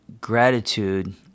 gratitude